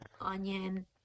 onion